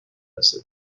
قصه